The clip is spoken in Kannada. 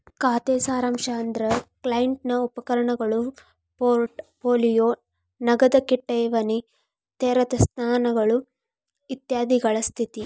ಖಾತೆ ಸಾರಾಂಶ ಅಂದ್ರ ಕ್ಲೈಂಟ್ ನ ಉಪಕರಣಗಳು ಪೋರ್ಟ್ ಪೋಲಿಯೋ ನಗದ ಠೇವಣಿ ತೆರೆದ ಸ್ಥಾನಗಳು ಇತ್ಯಾದಿಗಳ ಸ್ಥಿತಿ